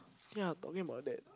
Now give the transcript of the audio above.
ya talking about that